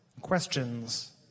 questions